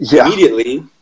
Immediately